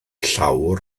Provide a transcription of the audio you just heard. llawr